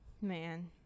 man